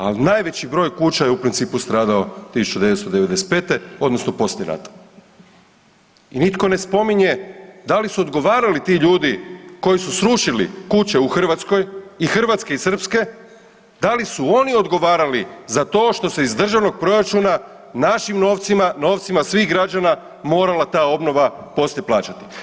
Ali najveći broj kuća je u principu stradao 1995. odnosno poslije rata i nitko ne spominje da li su odgovarali ti ljudi koji su srušili kuće u Hrvatskoj i hrvatske i srpske da li su oni odgovarali za to što se iz državnog proračuna našim novcima, novcima svih građana morala ta obnova poslije plaćati.